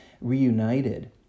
reunited